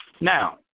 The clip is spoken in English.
Now